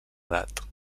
edat